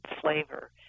flavor